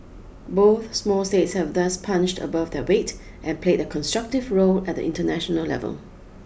both small states have thus punched above their weight and played a constructive role at the international level